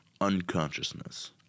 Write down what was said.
unconsciousness